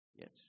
Yes